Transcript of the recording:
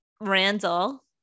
Randall